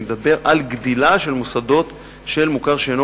אני מדבר על גדילה של מוסדות של מוכר שאינו